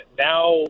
now